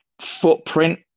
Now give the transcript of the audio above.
footprint